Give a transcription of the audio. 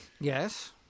Yes